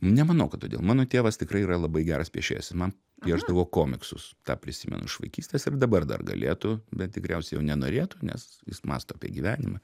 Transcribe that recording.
nemanau kad todėl mano tėvas tikrai yra labai geras piešėjas jis man piešdavo komiksus tą prisimenu iš vaikystės ir dabar dar galėtų bet tikriausiai jau nenorėtų nes jis mąsto apie gyvenimą